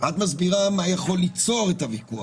את מסבירה מה יכול ליצור את הוויכוח.